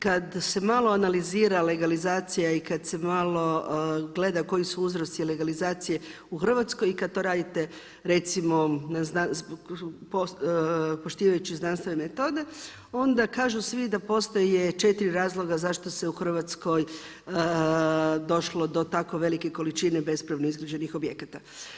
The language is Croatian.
Kada se malo legalizira legalizacija i kada se malo gleda koji su uzroci legalizacije u Hrvatskoj i kada to radite recimo poštivajući znanstvene metode onda kažu svi da postoje četiri razloga zašto se u Hrvatskoj došlo do tako velike količine bespravno izgrađenih objekata.